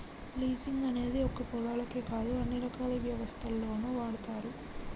leasing అనేది ఒక్క పొలాలకే కాదు అన్ని రకాల వ్యవస్థల్లోనూ వాడతారు